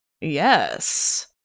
Yes